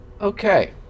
Okay